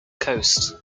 coast